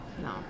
No